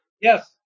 Yes